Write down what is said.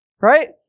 Right